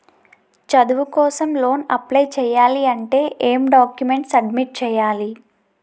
చదువు కోసం loan apply చేయాలి అంటే ఎం డాక్యుమెంట్స్ సబ్మిట్ చేయాలి?